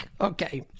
Okay